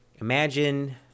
imagine